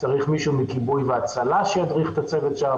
צריך מישהו מכיבוי והצלה שידריך את הצוות שם?